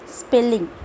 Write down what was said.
spelling